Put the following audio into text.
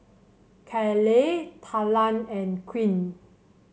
Caleigh Talan and Quint